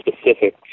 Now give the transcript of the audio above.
specific